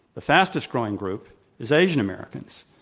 the fastest growing group is asian americans,